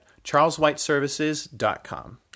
charleswhiteservices.com